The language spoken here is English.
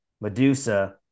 Medusa